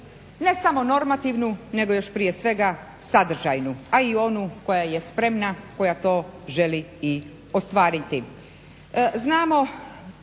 Ne samo normativnu nego još prije svega sadržajnu, a i onu koja je spremna, koja to želi i ostvariti.